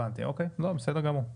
הבנתי, בסדר גמור.